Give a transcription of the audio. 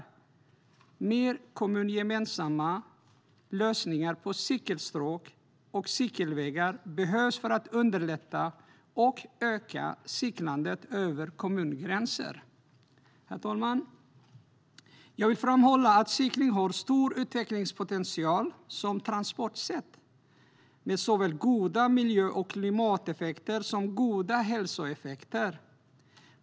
Fler kommungemensamma lösningar för cykelstråk och cykelvägar behövs för att underlätta och öka cyklandet över kommungränser. Herr talman! Jag vill framhålla att cykling har stor utvecklingspotential som transportsätt med såväl goda miljö och klimateffekter som goda hälsoeffekter.